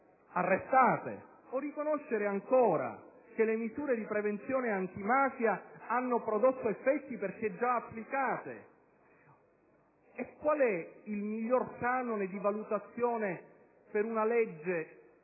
arrestate 942 persone; o ancora che le misure di prevenzione antimafia hanno prodotto effetti, perché già applicate. E qual è il miglior canone di valutazione di una legge